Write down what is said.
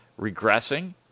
regressing